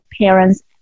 parents